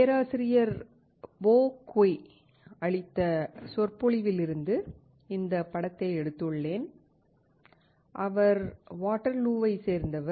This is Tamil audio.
பேராசிரியர் போ குய் அளித்த சொற்பொழிவிலிருந்து இந்த படத்தை எடுத்துள்ளோம் அவர் வாட்டர்லூவைச் சேர்ந்தவர்